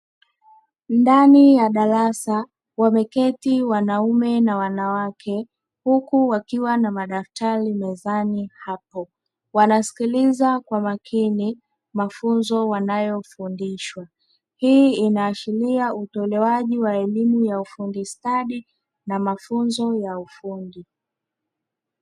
Ndani ya darasa wameketi wanaume na wanawake huku wakiwa na madaftari mezani hapo wanasikiliza kwa makini mafunzo wanayofundishwa hii inaashiria utolewaji wa elimu ya ufundi stadi na mafunzo ya ufundi.